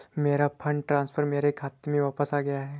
मेरा fund transfer मेरे खाते में वापस आ गया है